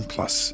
Plus